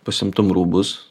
pasiimtum rūbus